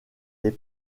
les